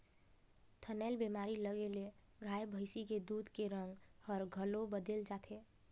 थनैल बेमारी लगे ले गाय भइसी के दूद के रंग हर घलो बदेल जाथे